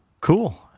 Cool